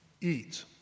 eat